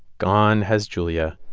gone has julia.